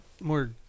more